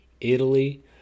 Italy